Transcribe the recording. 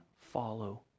follow